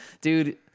dude